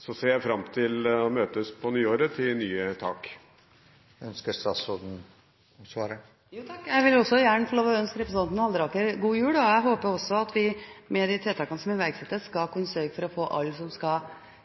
Så ser jeg fram til å møtes på nyåret til nye tak. Jeg vil også gjerne få lov til å ønske representanten Halleraker god jul. Jeg håper også at vi, med de tiltakene som iverksettes, skal kunne sørge for å få alle som skal